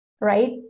right